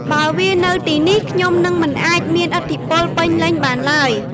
បើវានៅទីនេះ ខ្ញុំនឹងមិនអាចមានឥទ្ធិពលពេញលេញបានឡើយ!